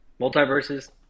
multiverses